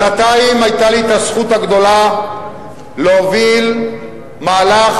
שנתיים היתה לי הזכות הגדולה להוביל מהלך,